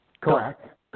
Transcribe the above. correct